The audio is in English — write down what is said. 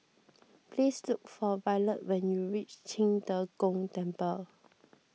please look for Violet when you reach Qing De Gong Temple